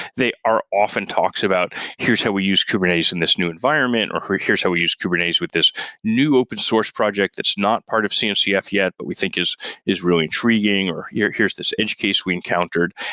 they are often talks about, here's how we use kubernetes in this new environment, or here's how we use kubernetes with this new open source project that's part of cncf yet, but we think is is really intriguing, or yeah here's this edge case we encountered.